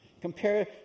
Compare